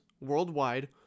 worldwide